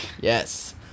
Yes